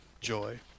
joy